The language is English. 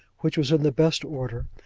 which was in the best order,